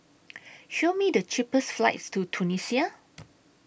Show Me The cheapest flights to Tunisia